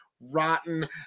rotten